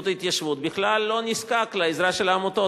ההתיישבות בכלל לא נזקק לעזרה של העמותות.